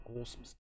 awesome